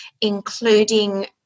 including